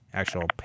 actual